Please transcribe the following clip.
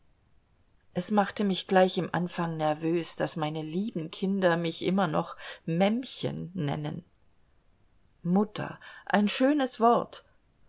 es machte mich gleich im anfang nervös daß meine lieben kinder mich noch immer mämmchen nennen mutter ein schönes wort